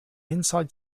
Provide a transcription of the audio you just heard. inside